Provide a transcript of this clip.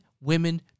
women